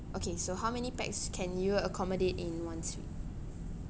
okay so how many pax can you accommodate in one suite